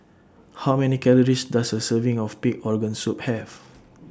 How Many Calories Does A Serving of Pig Organ Soup Have